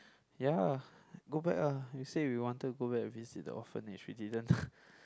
ya go back ah they say we wanted to go back to visit the orphanage we didn't